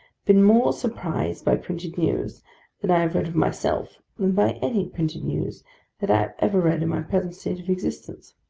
been more surprised by printed news that i have read of myself, than by any printed news that i have ever read in my present state of existence.